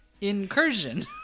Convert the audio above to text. Incursion